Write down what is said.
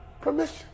permission